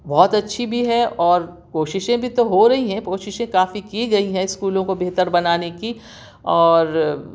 بہت اچھی بھی ہے اور کوششیں بھی تو ہو رہی ہیں کوششیں کافی کی گئیں ہیں اسکولوں کو بہتر بنانے کی اور